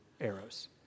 arrows